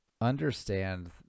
understand